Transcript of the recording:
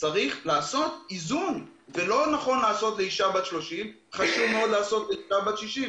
צריך לעשות איזון גם כאן: לא נכון לעשות את זה לאישה בת 30,